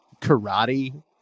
karate